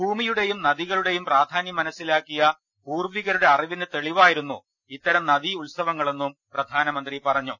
ഭൂമിയുടെയും നദികളുടെയും പ്രാധാന്യം മനസ്സിലാക്കിയ പൂർവികരുടെ അറിവിന് തെളിവായിരുന്നു ഇത്തരം നദീ ഉത്സവങ്ങ ളെന്നും പ്രധാനമന്ത്രി പറഞ്ഞു